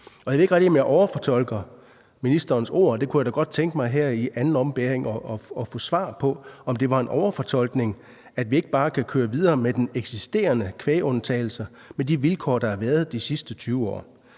Jeg ved ikke rigtig, om jeg overfortolker ministerens ord. Jeg kunne da godt tænke mig her i anden ombæring at få svar på, om det var en overfortolkning, at vi ikke bare kan køre videre med den eksisterende kvægundtagelse med de vilkår, der har været de sidste 20 år.